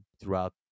throughout